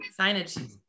Signage